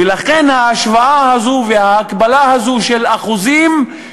ולכן ההשוואה הזו וההקבלה הזו של אחוזים,